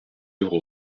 œuvre